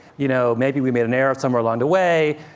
you know, maybe we made an error somewhere along the way.